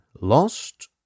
lost